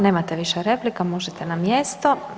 Nemate više replika, možete na mjesto.